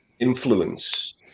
influence